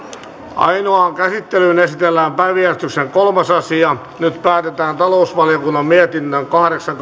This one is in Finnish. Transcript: ainoaan käsittelyyn esitellään päiväjärjestyksen kolmas asia nyt päätetään talousvaliokunnan mietinnön kahdeksan